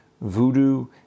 Voodoo